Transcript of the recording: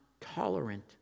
tolerant